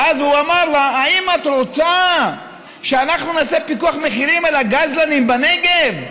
ואז הוא אמר לה: האם את רוצה שאנחנו נעשה פיקוח מחירים על הגזלנים בנגב?